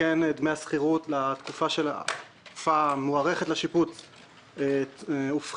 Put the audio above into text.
ודמי השכירות לתקופה המוערכת לשיפוץ הופחתו,